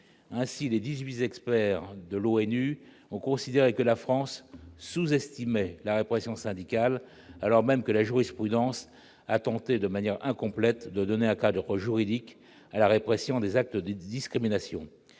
Ainsi, les dix-huit experts de l'ONU ont considéré que la France sous-estimait la répression syndicale, alors même que la jurisprudence a tenté, de manière incomplète, de donner un cadre juridique à la répression des actes de discrimination.